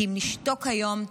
כי אם נשתוק היום,